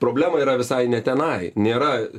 problema yra visai ne tenai nėra